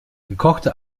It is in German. gekochte